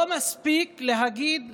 לא מספיק להגיד לנו: